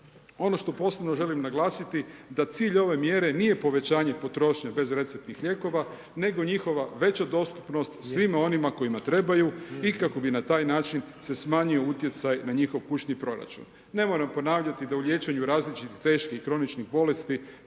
Ono što posebno želim naglasiti da cilj ove mjere nije povećanje potrošnje bezreceptnih lijekova nego njihova veća dostupnost svima onima kojima trebaju i kako bi na taj način se smanjio utjecaj na njihov kućni proračun. Ne moram ponavljati da u liječenju različitih, teških i kroničnih bolesti